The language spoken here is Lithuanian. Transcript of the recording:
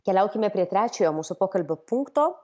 keliaukime prie trečiojo mūsų pokalbio punkto